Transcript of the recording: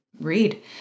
read